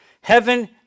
Heaven